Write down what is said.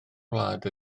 wlad